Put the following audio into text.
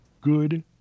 good